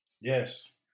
Yes